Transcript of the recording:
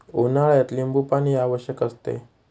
उन्हाळ्यात लिंबूपाणी आवश्यक असते